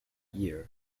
year